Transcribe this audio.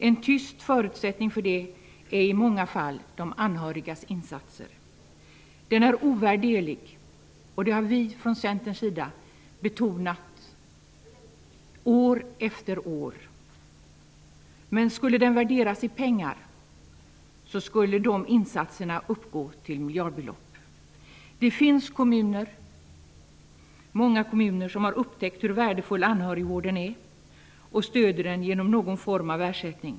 En tyst förutsättning för att det skall vara möjligt är i många fall de anhörigas insatser. Dessa insatser är ovärderliga, det har vi i Centern betonat år efter år. Skulle de värderas i pengar, skulle insatserna motsvara miljardbelopp. Det finns många kommuner som har upptäckt hur värdefull anhörigvården är och som stöder den genom någon form av ersättning.